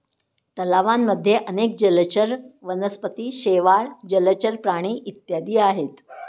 तलावांमध्ये अनेक जलचर वनस्पती, शेवाळ, जलचर प्राणी इत्यादी आहेत